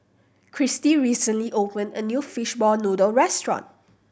Kristi recently open a new fishball noodle restaurant